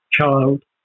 child